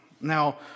Now